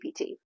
GPT